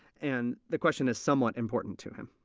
and the question is somewhat important to him.